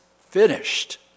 finished